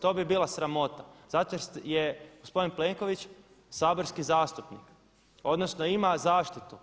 To bi bila sramota zato jer je gospodin Plenković saborski zastupnik, odnosno ima zaštitu.